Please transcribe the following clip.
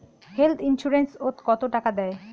Health insurance ওত কত টাকা দেয়?